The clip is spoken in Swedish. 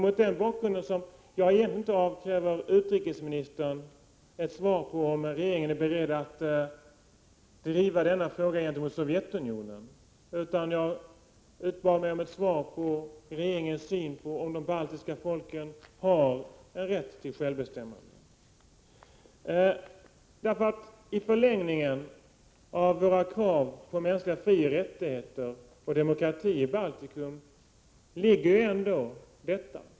Mot denna bakgrund avkräver jag egentligen inte utrikesministern ett svar på frågan, om regeringen är beredd att driva denna sak gentemot Sovjetunionen, utan jag utbad mig ett besked om regeringens syn på frågan om de baltiska folken har en rätt till självbestämmande. I förlängningen av våra krav på mänskliga frioch rättigheter och demokrati i Baltikum ligger ändå detta.